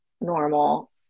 normal